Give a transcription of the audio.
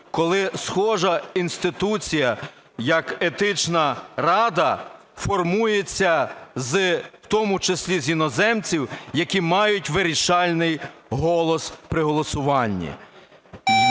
коли схожа інституція, як Етична рада, формується в тому числі з іноземців, які мають вирішальний голос при голосуванні?